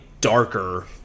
darker